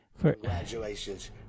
Congratulations